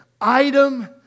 item